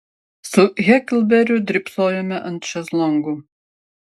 su heklberiu drybsojome ant šezlongų